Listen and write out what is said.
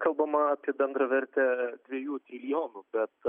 kalbama apie bendrą vertę dviejų milijonų bet